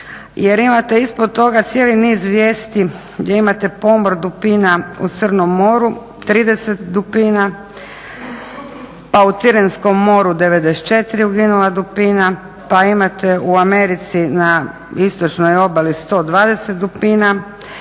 jer imate ispod toga cijeli niz vijesti gdje imate pomor dupina u Crnom Moru 30 dupina, pa u Tiranskom moru 94 uginula dupina, pa imate u Americi na istočnoj obali 120 dupina,